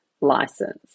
license